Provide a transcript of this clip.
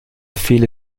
viele